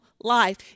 life